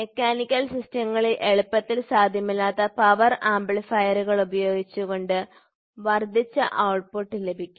mechanical സിസ്റ്റങ്ങളിൽ എളുപ്പത്തിൽ സാധ്യമല്ലാത്ത പവർ ആംപ്ലിഫയറുകൾ ഉപയോഗിച്ചുകൊണ്ട് വർദ്ധിച്ച ഔട്ട്പുട്ട് ലഭിക്കും